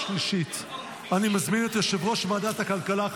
2024, לוועדת העבודה והרווחה נתקבלה.